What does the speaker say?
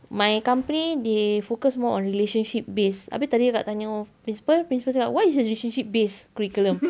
my company they focus more on relationship base habis tadi kakak tanya principal principal cakap what is the relationship based curriculum